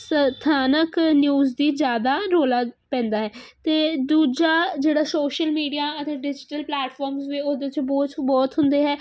ਸਥਾਨਕ ਨਿਊਜ਼ ਦੀ ਜ਼ਿਆਦਾ ਰੌਲਾ ਪੈਂਦਾ ਹੈ ਅਤੇ ਦੂਜਾ ਜਿਹੜਾ ਸੋਸ਼ਲ ਮੀਡੀਆ ਅਤੇ ਡਿਜੀਟਲ ਪਲੈਟਫਾਰਮਸ ਵੀ ਉਹਦੇ ਚ ਬੋਚ ਬਹੁਤ ਹੁੰਦੇ ਹੈ